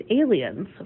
aliens